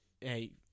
Hey